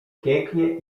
pięknie